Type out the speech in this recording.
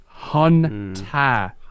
Hunta